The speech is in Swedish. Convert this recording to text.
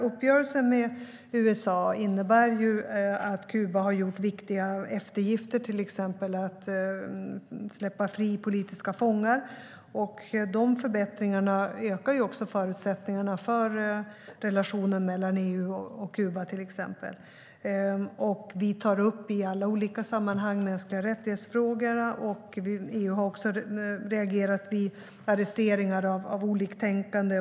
Uppgörelsen med USA innebär att Kuba har gjort viktiga eftergifter, till exempel att släppa politiska fångar fria. De förbättringarna ökar också förutsättningarna för till exempel relationen mellan EU och Kuba. Vi tar i alla olika sammanhang upp frågor om mänskliga rättigheter. EU har också reagerat vid arresteringar av oliktänkande.